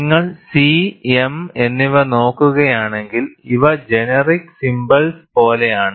നിങ്ങൾ C m എന്നിവ നോക്കുകയാണെങ്കിൽ ഇവ ജനറിക് സിംബൽസ് പോലെയാണ്